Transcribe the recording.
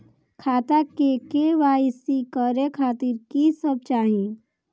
खाता के के.वाई.सी करे खातिर की सब चाही?